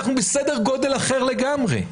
אנחנו בסדר גודל אחר לגמרי.